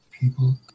people